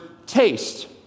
Taste